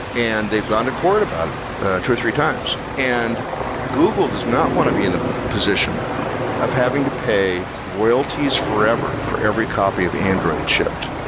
and they've gone to court about it two or three times, and google does not want to be in the position of having to pay royalties forever for every copy of android shipped,